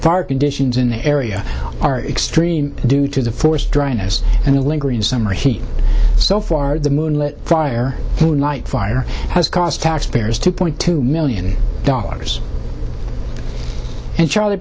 fire conditions in the area are extreme due to the forced dryness and the lingering summer heat so far the moonlit fire tonight fire has cost taxpayers two point two million dollars and charlie